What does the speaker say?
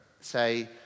Say